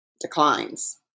declines